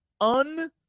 un